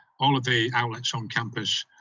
all of the outlets on campus